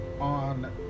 on